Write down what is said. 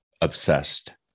obsessed